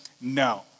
no